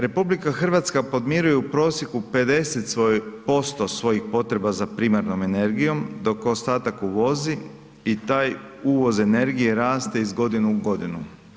RH podmiruje u prosjeku 50% svojih potreba za primarnom energijom dok ostatak uvozi i taj uvoz energije raste iz godine u godinu.